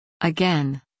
Again